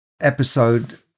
episode